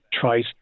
tries